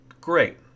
great